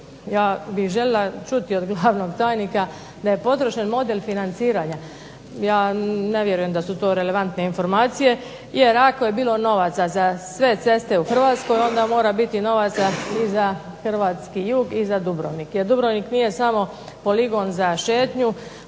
ja bih željela čuti od glavnog tajnika da je potrošen model financiranja. Ja ne vjerujem da su to relevantne informacije, jer ako je bilo novaca za sve ceste u Hrvatskoj, onda mora biti novaca i za hrvatski jug i za Dubrovnik, jer Dubrovnik nije samo poligon za šetnju,